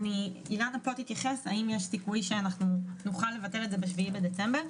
אילנה תתייחס לשאלה האם יש סיכוי שנוכל לבטל את זה ב-7 בדצמבר.